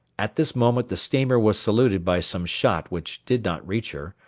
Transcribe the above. at this moment the steamer was saluted by some shot which did not reach her,